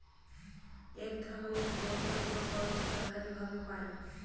এক ধরনের পেনশন প্রকল্প সরকারি ভাবে পাই